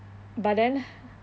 but then